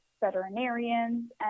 veterinarians